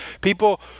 people